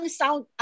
sound